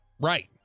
Right